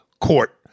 court